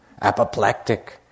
apoplectic